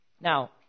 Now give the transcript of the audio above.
Now